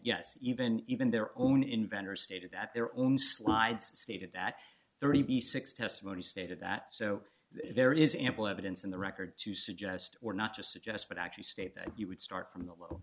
yes even even their own inventor stated that their own slides stated that thirty six dollars testimony stated that so there is ample evidence in the record to suggest or not to suggest but actually state that you would start from the low